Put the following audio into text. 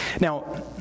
Now